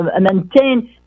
maintain